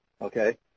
okay